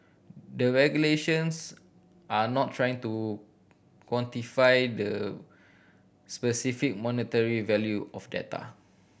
the regulators are not trying to quantify the specific monetary value of data